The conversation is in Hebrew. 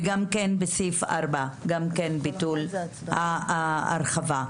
וגם בסעיף 4 ביטול ההרחבה.